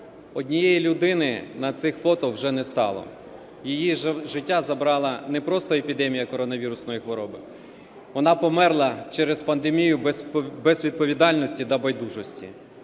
Однієї людини на цих фото вже не стало. Її життя забрала не просто епідемія коронавірусної хвороби, вона померла через пандемію безвідповідальності та байдужості.